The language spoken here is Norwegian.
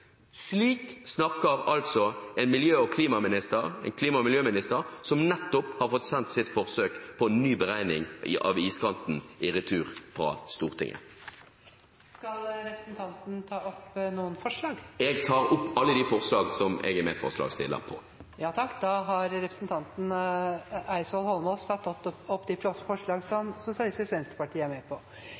Slik snakker altså en klima- og miljøminister som nettopp har fått sendt sitt forsøk på ny beregning av iskanten i retur fra Stortinget. Skal representanten ta opp noen forslag? :Jeg tar opp de forslagene der SV er medforslagsstiller. Da har representanten Heikki Eidsvoll Holmås tatt opp de forslagene han refererte til. Vi har forvaltningsplaner for det marine miljøet for havområdene våre. At vi skulle ha sånne planer som